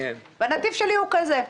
הנתיב שלי הוא כזה.